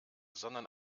sondern